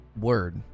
word